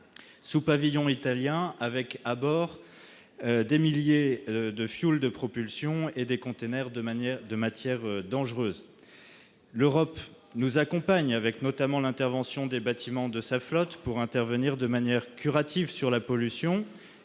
pavillon italien avec à son bord des milliers de tonnes de fioul de propulsion et des conteneurs de matières dangereuses. L'Europe nous accompagne, notamment avec des bâtiments de sa flotte pour intervenir de manière curative sur la pollution.